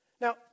Now